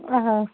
آہا